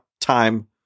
time